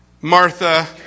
Martha